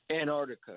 Antarctica